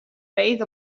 base